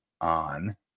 on